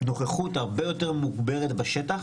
נוכחות הרבה יותר מוגברת בשטח,